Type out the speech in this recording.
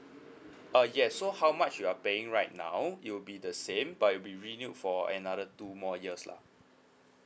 uh yes so how much you are paying right now it'll be the same but it'll be renewed for another two more years lah